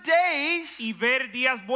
days